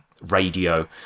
radio